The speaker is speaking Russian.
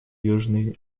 южной